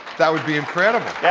that would be incredible.